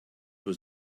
was